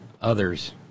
others